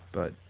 but